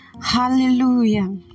Hallelujah